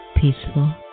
peaceful